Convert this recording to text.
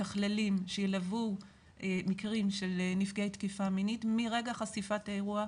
מתחללים שילוו מקרים של נפגעי פגיעה מינית מרגע חשיפת האירוע.